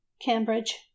Cambridge